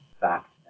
fact